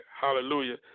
Hallelujah